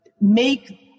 make